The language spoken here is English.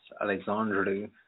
Alexandru